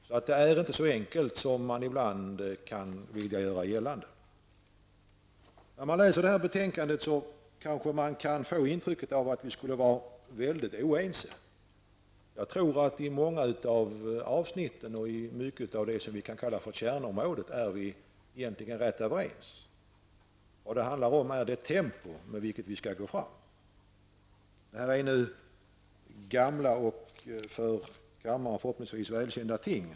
Detta är inte så enkelt som man ibland vill göra gällande. När man läser detta betänkande kan man kanske få intrycket att vi är mycket oense. Jag tror att vi när det gäller många avsnitt inom det man kan kalla för kärnområdet egentligen är rätt överens. Vad det handlar om är det tempo med vilket vi skall gå fram. Detta är gamla och för kammaren förhoppningsvis väl kända ting.